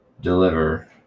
deliver